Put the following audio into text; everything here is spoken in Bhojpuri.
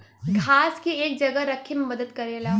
घास के एक जगह रखे मे मदद करेला